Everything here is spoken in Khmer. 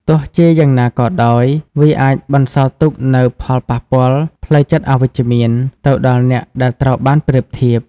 ទោះជាយ៉ាងណាក៏ដោយ វាអាចបន្សល់ទុកនូវផលប៉ះពាល់ផ្លូវចិត្តអវិជ្ជមានទៅដល់អ្នកដែលត្រូវបានប្រៀបធៀប។